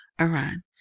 Iran